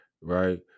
Right